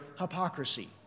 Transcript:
hypocrisy